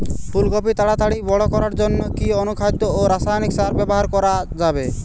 ফুল কপি তাড়াতাড়ি বড় করার জন্য কি অনুখাদ্য ও রাসায়নিক সার ব্যবহার করা যাবে?